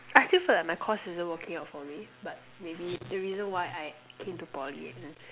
I feel that like my course isn't working out for me but maybe the reason why I came to Poly